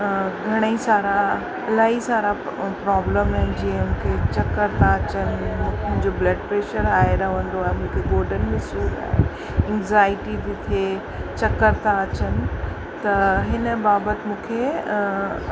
घणेई सारा इलाही सारा प्रोब्लम आहिनि जीअं की चक्कर था अचनि मुंहिंजो ब्लड प्रेशर आहे रहंदो आहे मूंखे गोॾनि में सूर आहे एंज़ाइटी थी थिए चक्कर था अचनि त हिन बाबति मूंखे